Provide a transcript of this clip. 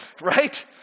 right